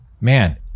man